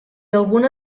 alguna